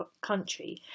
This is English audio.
country